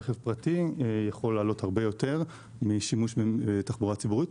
רכב פרטי יכול לעלות הרבה יותר משימוש בתחבורה ציבורית,